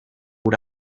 ura